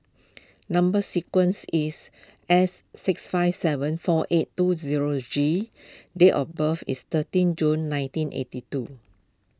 Number Sequence is S six five seven four eight two zero G date of birth is thirteen June nineteen eighty two